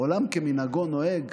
עולם כמנהגו נוהג